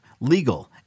legal